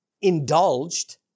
indulged